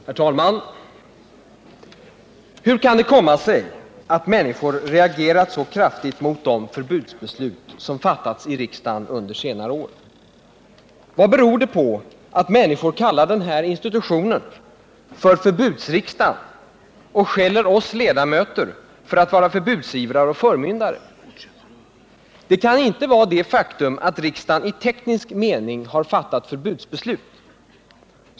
Herr talman! Hur kan det komma sig att människor har reagerat så kraftigt mot de förbudsbeslut som fattats i riksdagen under senare år? Vad beror det på att människor kallar den här institutionen för förbudsriksdagen och skäller oss ledamöter för att vara förbudsivrare och förmyndare? Det kan inte vara det faktum att riksdagen i teknisk mening har fattat beslutsförbud.